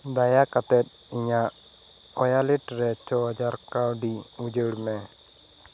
ᱫᱟᱭᱟᱠᱟᱛᱮᱜ ᱤᱧᱟᱹᱜ ᱚᱣᱟᱞᱮᱴ ᱨᱮ ᱪᱷᱚ ᱦᱟᱡᱟᱨ ᱠᱟ ᱣᱰᱤ ᱩᱡᱟ ᱲ ᱢᱮ